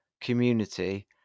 community